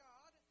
God